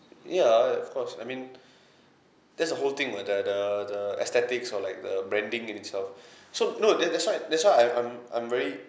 ya of course I mean that's the whole thing about the the the aesthetics or like the branding in itself so no then that's why that's why I'm I'm I'm very